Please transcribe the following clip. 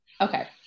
Okay